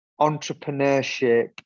entrepreneurship